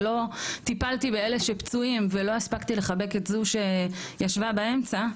שלא טיפלתי באלה שפצועים ולא הספקתי לחבק את זו שישבה באמצע.